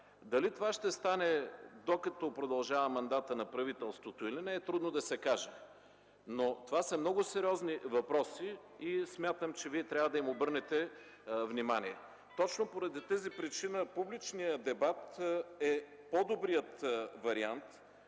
Дали това ще стане, докато продължава мандатът на правителството или не, е трудно да се каже. Това обаче са много сериозни въпроси и смятам, че трябва да им обърнете внимание. По този причина публичният дебат е по-добрият вариант